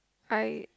I